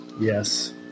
Yes